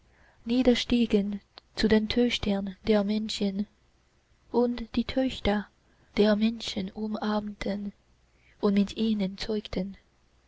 niederstiegen zu töchtern der menschen und die töchter der menschen umarmten und mit ihnen zeugten